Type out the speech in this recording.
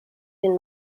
den